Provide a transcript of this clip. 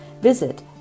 visit